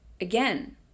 Again